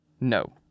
no